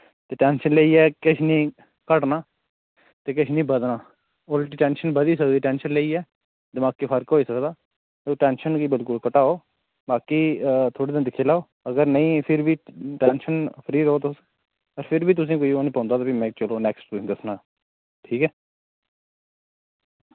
ते टैंशन लेइयै किश नी घटना ते किश नी बधना उल्टी टैंशन बधी सकदी टैंशन लेइयै दिमाके फर्क होई सकदा तुस टैंशन गी बिल्कुल घटाओ बाकी थोह्ड़े दिन दिक्खी लाओ अगर नेईं फिर वी टैंशन फ्री रो तुस फिर बी तुसें कोई ओह् नी पौंदा ते फ्ही मैं चलो नैक्सट तुसें दस्सना ठीक ऐ